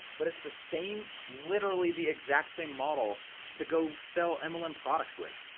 but it's the same, literally the exact same model to go sell mlm and products with.